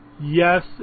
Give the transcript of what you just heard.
Yes